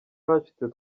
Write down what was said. hashize